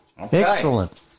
excellent